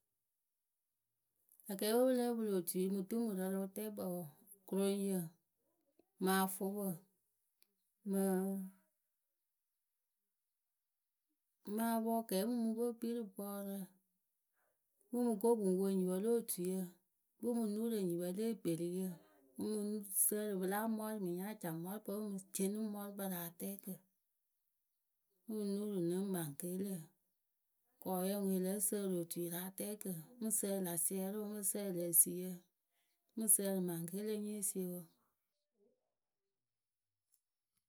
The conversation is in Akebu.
̀Akɛɛpǝ we pɨ lǝ́ǝ pɨlɨ otuyǝ mɨ dumurǝ rɨ wɨtɛɛkpǝ wǝǝ kuroŋyǝ, mɨ afʊpǝ mɨ, mɨ apɔɔkɛɛmumuŋpǝ we pɨ kpii rɨ bɔɔrǝ, pɨ ŋ mɨ ko pɨ ŋ wo enyipǝ lo otuyǝ, pɨŋ mɨ nuuru enyipǝ le ekperiyǝ, pɨŋ sǝǝrɨ pɨ la amɔɔrʊi mɨŋ yáa caŋ mɔɔrʊkpǝ pɨ ŋ ceeni mɔɔrʊkpǝ rɨ atɛɛkǝ. Pɨ ŋ mɨ nuuru nɨ maŋkelǝ. Kɔɔyǝ ŋwe lǝ́ǝ sǝǝrɨ otuyǝ rɨ atɛɛkǝ ŋ mɨ sǝǝrɨ la siɛrɩwǝ, mɨ sǝǝrɨ le esiyǝ, mɨ sǝǝrɨ maŋkelɨwe nyée sie wǝ.